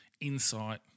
insight